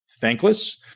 thankless